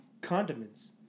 condiments